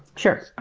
sure.